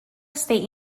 state